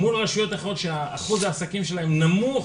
היא מול רשות אחרת שאחוז העסקים שלה נמוך